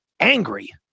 angry